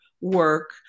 work